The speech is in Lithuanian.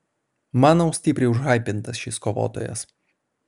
manau stipriai užhaipintas šis kovotojas